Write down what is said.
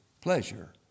pleasure